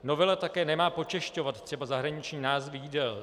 Novela také nemá počešťovat třeba zahraniční názvy jídel.